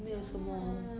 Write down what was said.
ya